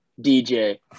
DJ